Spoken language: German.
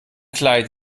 kleid